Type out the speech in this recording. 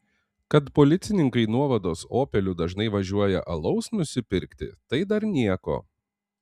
kad policininkai nuovados opeliu dažnai važiuoja alaus nusipirkti tai dar nieko